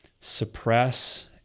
suppress